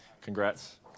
congrats